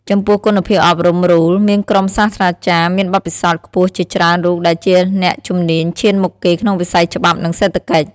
ចំពោះគុណភាពអប់រំ RULE មានក្រុមសាស្ត្រាចារ្យមានបទពិសោធន៍ខ្ពស់ជាច្រើនរូបដែលជាអ្នកជំនាញឈានមុខគេក្នុងវិស័យច្បាប់ និងសេដ្ឋកិច្ច។